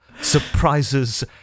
surprises